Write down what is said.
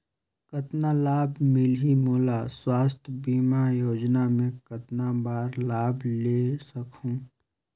कतना लाभ मिलही मोला? स्वास्थ बीमा योजना मे कतना बार लाभ ले सकहूँ?